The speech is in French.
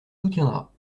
soutiendra